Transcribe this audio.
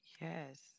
Yes